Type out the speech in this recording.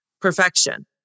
Perfection